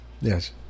Yes